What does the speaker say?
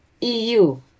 EU